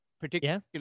particular